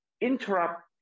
interrupt